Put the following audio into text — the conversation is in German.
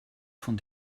von